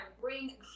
bring